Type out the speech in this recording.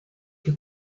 più